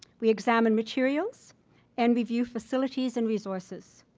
we examine materials and review facilities and resources.